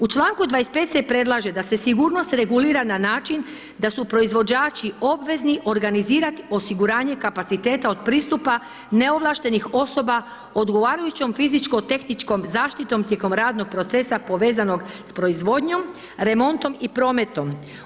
U čl. 25 se predlaže da se sigurnost regulira na način da su proizvođači obvezni organizirati osiguranje kapaciteta od pristupa neovlaštenih osoba odgovarajućom fizičko-tehničkom zaštitom tijekom radnog procesa povezanog s proizvodnjom, remontom i prometom.